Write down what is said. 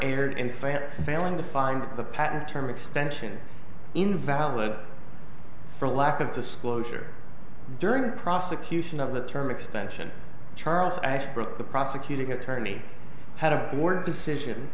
fact failing to find the patent term extension invalid for lack of disclosure during the prosecution of the term extension charles ashbrook the prosecuting attorney had a board decision